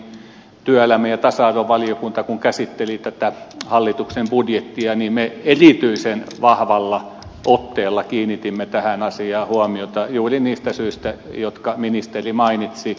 työelämä ja tasa arvovaliokunta kun käsitteli tätä hallituksen budjettia niin me erityisen vahvalla otteella kiinnitimme tähän asiaan huomiota juuri niistä syistä jotka ministeri mainitsi